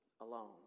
alone